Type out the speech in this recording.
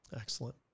excellent